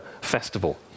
festival